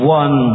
one